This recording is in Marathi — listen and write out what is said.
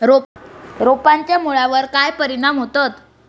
रोपांच्या मुळावर काय परिणाम होतत?